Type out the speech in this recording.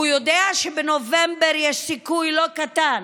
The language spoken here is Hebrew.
הוא יודע שבנובמבר יש סיכוי לא קטן